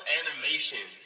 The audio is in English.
animation